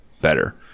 better